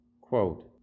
Quote